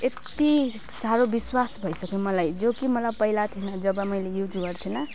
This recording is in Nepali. यति साह्रो विश्वास भइसक्यो मलाई जो कि मलाई पहिला थिएन जब मैले युज गर्थिनँ